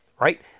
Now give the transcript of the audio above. right